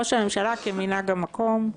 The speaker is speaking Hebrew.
לראש הממשלה, כמנהג המקום,